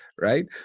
right